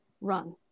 Run